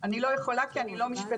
אני גם לא יכולה כי אני לא משפטנית.